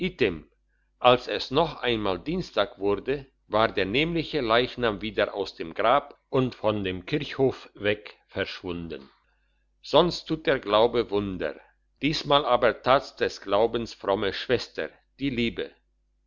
als es noch einmal dienstag wurde war der nämliche leichnam wieder aus dem grab und von dem kirchhof weg verschwunden sonst tut der glaube wunder diesmal aber tat's des glaubens fromme schwester die liebe